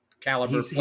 caliber